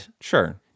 sure